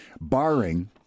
Barring